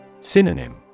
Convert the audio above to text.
Synonym